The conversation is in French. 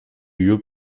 lieu